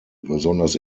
besonders